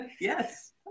yes